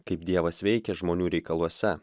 kaip dievas veikia žmonių reikaluose